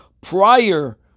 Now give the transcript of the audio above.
prior